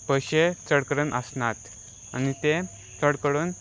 पयशे चड करडेून आसनात आनी ते चड करून